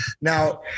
now